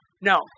No